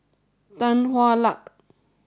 Tan Hwa Luck